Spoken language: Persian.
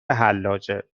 حلاجه